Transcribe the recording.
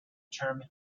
term